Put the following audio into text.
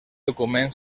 document